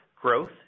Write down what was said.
growth